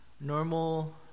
normal